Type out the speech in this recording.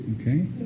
okay